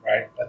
right